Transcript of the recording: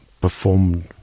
performed